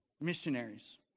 missionaries